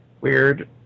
Weird